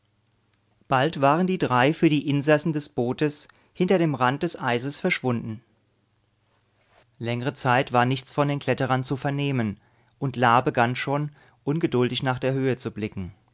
bald waren die drei für die insassen des bootes hinter dem rand des eises verschwunden längere zeit war nichts von den kletterern zu vernehmen und la begann schon ungeduldig nach der höhe zu blicken